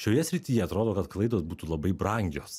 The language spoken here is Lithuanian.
šioje srityje atrodo kad klaidos būtų labai brangios